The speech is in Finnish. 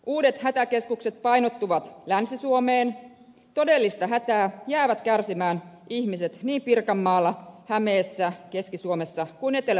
uudet hätäkeskukset painottuvat länsi suomeen todellista hätää jäävät kärsimään ihmiset niin pirkanmaalla hämeessä keski suomessa kuin etelä savossakin